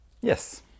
Yes